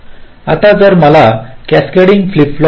आता जर मला कॅसकेडिंग फ्लिप फ्लॉपflip flops